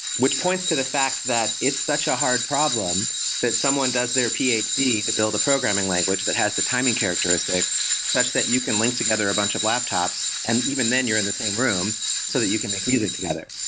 which points to the fact that it's such a hard problem that someone does their ph d. to build a programming language that has the timing characteristics such that you can link together a bunch of laptops and even then you're in the same room so that you can make music together.